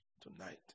tonight